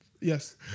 Yes